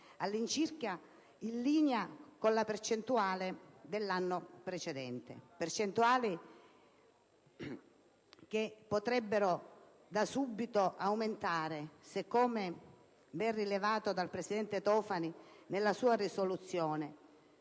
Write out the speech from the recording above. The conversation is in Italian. all'incirca in linea con la percentuale dell'anno precedente. Percentuali che potrebbero da subito aumentare se, come ben rilevato dal presidente Tofani nella sua risoluzione,